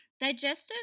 digestive